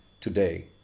today